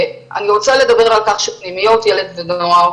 אני רוצה לדבר על כך שפנימיות ילד ונוער